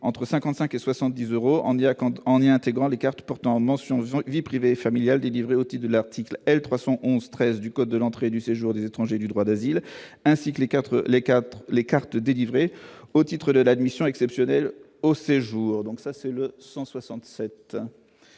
entre 55 et 70 euros en Irak en 2 en y intégrant les cartes portant mention vent et vie privée et familiale au type de l'article L 311 13 du code de l'entrée et du séjour des étrangers et du droit d'asile, ainsi que les 4 les Caps les cartes délivrées au titre de l'admission exceptionnelle au séjour, donc ça c'est le 167.